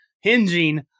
hinging